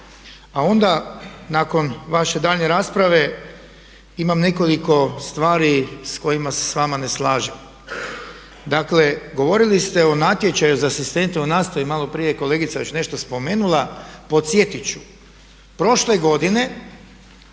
A onda nakon vaše daljnje rasprave imam nekoliko stvari s kojima se s vama ne slažem. Dakle, govorili ste o natječaju za asistente u nastavi, malo prije je kolegica već nešto spomenula. Podsjetit